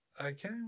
Okay